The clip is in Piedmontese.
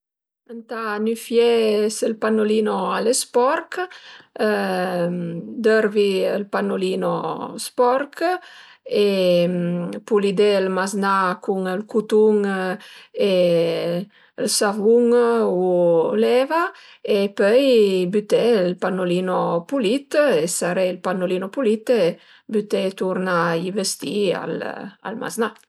Ëntà nüfié s'ël pannolino al e sporch dörvi ël pannolino sporch e pulidé ël maznà cun ël cutun e ël savun u l'eva e pöi büté ël pannolino pulit e saré ël pannolino pulit e büté turna i vestì al maznà